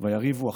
ויריבו",